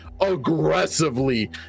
aggressively